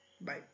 Bye